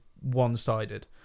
one-sided